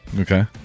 Okay